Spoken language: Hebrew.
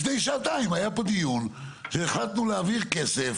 לפני שעתיים היה פה דיון שהחלטנו להעביר כסף